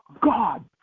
God